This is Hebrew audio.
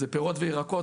זה פירות וירקות.